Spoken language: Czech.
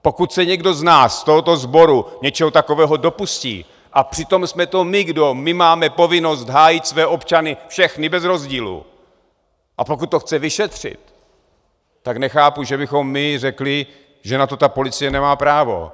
Pokud se někdo z nás z tohoto sboru něčeho takového dopustí, a přitom jsme to my, kdo máme povinnost hájit své občany, všechny bez rozdílu, a pokud to chce vyšetřit, tak nechápu, že bychom my řekli, že na to policie nemá právo.